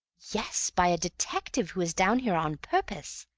yes, by a detective who is down here on purpose.